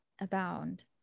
abound